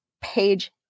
page